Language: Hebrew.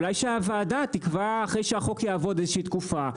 אולי שהוועדה תקבע אחרי שהחוק יעבוד איזושהי תקופה,